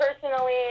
personally